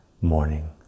morning